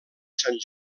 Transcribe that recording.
sant